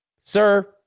sir